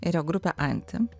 ir jo grupę antį